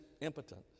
impotent